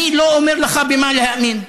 אני לא אומר לך במה להאמין,